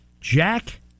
Jack